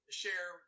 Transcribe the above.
share